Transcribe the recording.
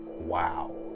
Wow